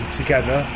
together